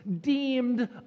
deemed